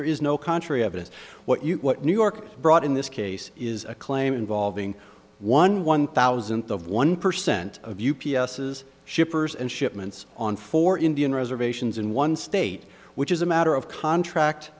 there is no contrary evidence what you what new york brought in this case is a claim involving one one thousandth of one percent of u p s is shippers and shipments on four indian reservations in one state which is a matter of contract